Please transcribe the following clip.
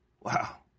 Wow